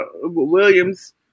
Williams